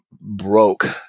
broke